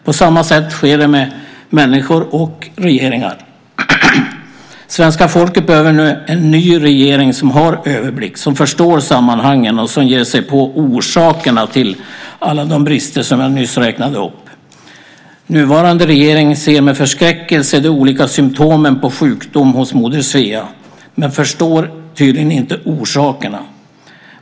På samma sätt sker med människor och regeringar. Svenska folket behöver nu en ny regering som har överblick, förstår sammanhangen och ger sig på orsakerna till alla de brister jag nyss räknade upp. Nuvarande regering ser med förskräckelse de olika symtomen på sjukdom hos moder Svea men förstår tydligen inte orsakerna.